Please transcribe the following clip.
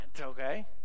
okay